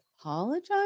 apologize